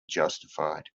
justified